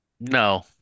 No